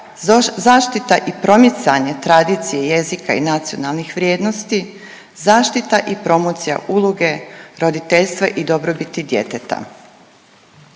zaštita i promicanje tradicije jezika i nacionalnih vrijednosti, zaštita i promocija uloge roditeljstva i dobrobiti djeteta.